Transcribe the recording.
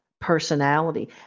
personality